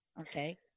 okay